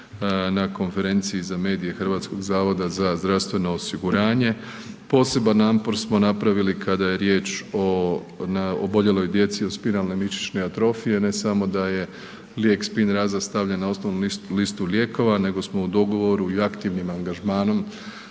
na konferenciji za medije HZZO-a, poseban napor smo napravili kada je riječ o oboljeloj djeci od spinalne mišićne atrofije, ne samo da je lijek Spinraza stavljen na osnovu listu lijekova nego smo u dogovoru i aktivnim angažmanom